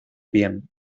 bien